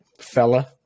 fella